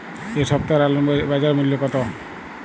এ সপ্তাহের আলুর বাজার মূল্য কত?